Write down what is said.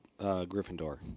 Gryffindor